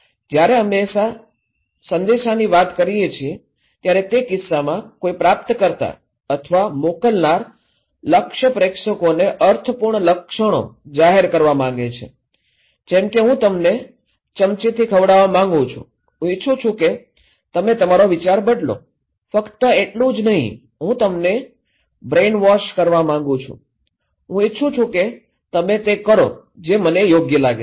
જ્યારે અમે સંદેશા ની વાત કહીએ છીએ ત્યારે તે કિસ્સામાં કોઈ પ્રાપ્તકર્તા અથવા મોકલનાર લક્ષ્ય પ્રેક્ષકોને અર્થપૂર્ણ લક્ષણો જાહેર કરવા માગે છે જેમ કે હું તમને ચમચી ખવડાવવા માંગું છું હું ઇચ્છું છું કે તમે તમારો વિચાર બદલો ફક્ત એટલું જ કે હું તમને બ્રેઈનવોશ કરવા માંગુ છું હું ઇચ્છું છું કે તમે તે કરો જે મને યોગ્ય લાગે છે